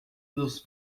dos